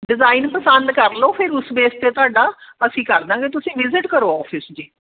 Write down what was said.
design ਪਸੰਦ ਕਰ ਲਓ ਫਿਰ ਉਸ ਬੇਸ 'ਤੇ ਤੁਹਾਡਾ ਅਸੀਂ ਕਰ ਦੇਵਾਂਗੇ ਤੁਸੀਂ ਵਿਜਿਟ ਕਰੋ ਔਫਿਸ ਜੀ